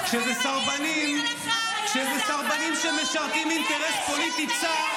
כשאלה סרבנים שמשרתים אינטרס פוליטי צר,